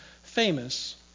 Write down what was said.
famous